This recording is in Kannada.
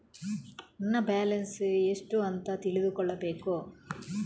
ನನ್ನ ಬ್ಯಾಲೆನ್ಸ್ ಎಷ್ಟು ಅಂತ ತಿಳಿದುಕೊಳ್ಳಬೇಕು?